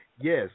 yes